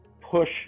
push